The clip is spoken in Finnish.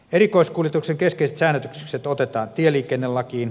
erikoiskuljetuksen keskeiset säännökset otetaan tieliikennelakiin